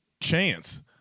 chance